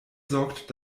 sorgt